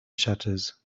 shutters